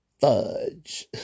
fudge